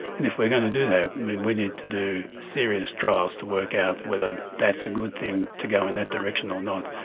and if we are going to do that we need to do serious trials to work out whether that's a good thing, to go in that direction or not.